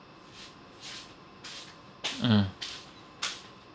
mm